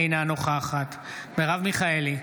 אינה נוכחת מרב מיכאלי,